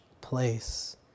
place